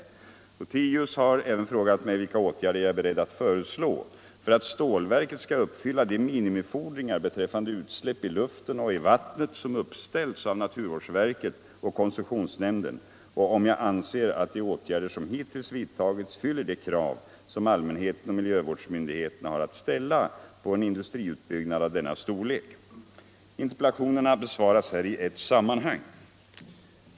Herr Lothigius har även frågat mig vilka åtgärder jag är beredd att föreslå för att stålverket skall uppfylla de minimifordringar beträffande utsläpp i luften och i vattnet som uppställts av naturvårdsverket och koncessionsnämnden och om jag anser att de åtgärder som hittills vidtagits fyller de krav som allmänheten och miljövårdsmyndigheterna har rätt att ställa på en industribyggnad av denna storlek. Interpellationerna besvaras här i ett sammanhang.